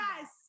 yes